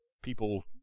people